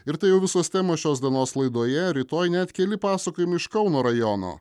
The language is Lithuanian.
ir tai jau visos temos šios dienos laidoje rytoj net keli pasakojimai iš kauno rajono